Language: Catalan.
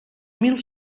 mil